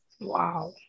Wow